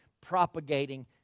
propagating